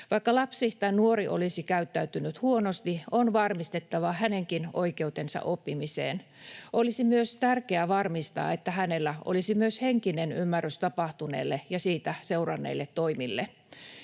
Vaikka lapsi tai nuori olisi käyttäytynyt huonosti, on varmistettava hänenkin oikeutensa oppimiseen. Olisi myös tärkeää varmistaa, että hänellä olisi myös henkinen ymmärrys tapahtuneelle ja siitä seuranneille toimille.